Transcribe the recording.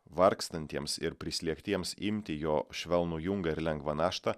vargstantiems ir prislėgtiems imti jo švelnų jungą ir lengvą naštą